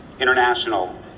International